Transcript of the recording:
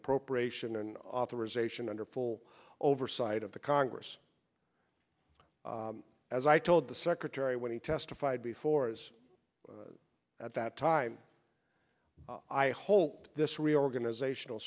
appropriation an authorization under full oversight of the congress as i told the secretary when he testified before as at that time i hope this reorganizational